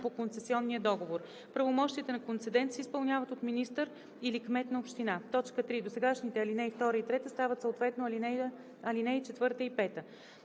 по концесионния договор. Правомощията на концедент се изпълняват от министър или кмет на община.“ 3. Досегашните ал. 2 и 3 стават съответно ал. 4 и 5.